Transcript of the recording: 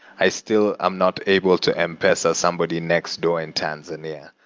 i still am not able to m-pesa somebody next door in tanzania,